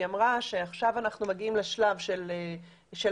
היא אמרה שעכשיו אנחנו מגיעים לשלב של השיפוט,